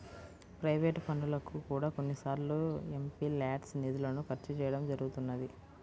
private పనులకు కూడా కొన్నిసార్లు ఎంపీల్యాడ్స్ నిధులను ఖర్చు చేయడం జరుగుతున్నది